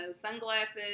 sunglasses